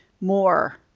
more